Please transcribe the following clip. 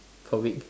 per week